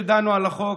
כשדנו על החוק,